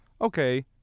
okay